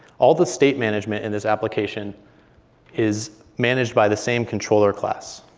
all the state management in this application is managed by the same controller class.